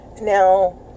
Now